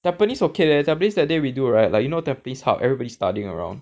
tampines okay leh tampines that day we do right like you know tampines hub everybody studying around